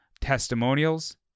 testimonials